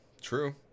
True